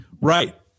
Right